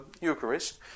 Eucharist